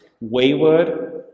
wayward